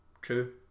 true